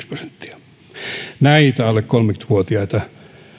prosenttia näitä alle kolmekymmentä vuotiaita